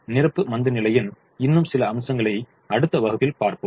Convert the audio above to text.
நிரப்பு மந்தநிலையின் இன்னும் சில அம்சங்ககளை அடுத்த வகுப்பில் பார்ப்போம்